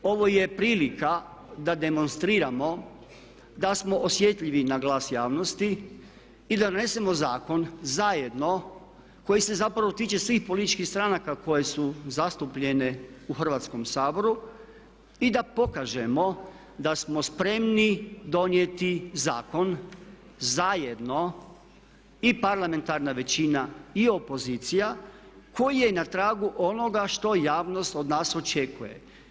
Ovo je prilika da demonstriramo da smo osjetljivi na glas javnosti i da donesemo zakon zajedno koji se zapravo tiče svih političkih stranaka koje su zastupljene u Hrvatskom saboru i da pokažemo da smo spremni donijeti zakon zajedno i parlamentarna većina i opozicija koji je na tragu onoga što javnost od nas očekuje.